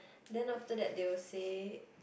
then after that they will say